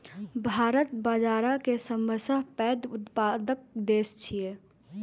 भारत बाजारा के सबसं पैघ उत्पादक देश छियै